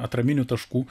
atraminių taškų